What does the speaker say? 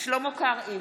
שלמה קרעי,